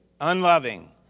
Unloving